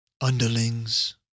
Underlings